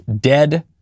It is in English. dead